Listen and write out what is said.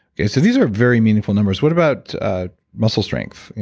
okay, so these are very meaningful numbers. what about muscle strength, you